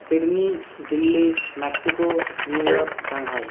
Sydney Delhi Mexico New York Shanghai